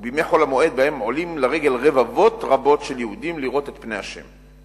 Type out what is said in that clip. ובימי חול-המועד שבהם עולים לרגל רבבות רבות יהודים לראות את פני ה'.